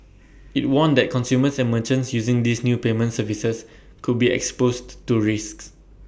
IT warned that consumers and merchants using these new payment services could be exposed to risks